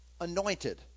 anointed